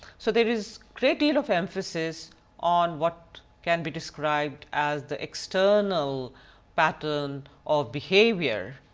so there is great deal of emphasis on what can be described as the external pattern of behavior.